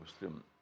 Muslim